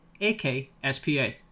AKSPA